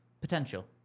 potential